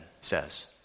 says